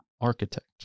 architect